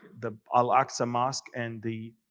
the al aqsa mosque, and the